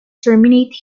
terminate